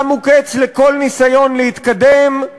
שמו קץ לכל ניסיון להתקדם.